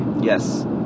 Yes